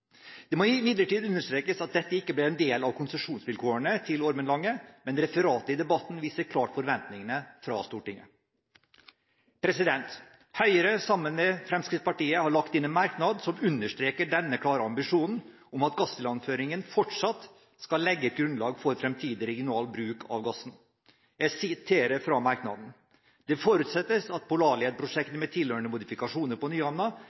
Det må imidlertid understrekes at dette ikke ble en del av konsesjonsvilkårene til Ormen Lange, men referatet fra debatten viser klart forventningene fra Stortinget. Høyre sammen med Fremskrittspartiet har lagt inn en merknad som understreker denne klare ambisjonen om at gassilandføringen fortsatt skal legge et grunnlag for fremtidig regional bruk av gassen. Jeg siterer fra merknaden: «… det forutsettes at Polarled-prosjektet, med tilhørende modifikasjoner på